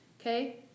okay